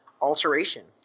alteration